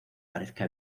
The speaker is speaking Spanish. parezca